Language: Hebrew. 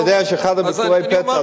אתה יודע שבאחד מביקורי הפתע,